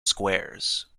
squares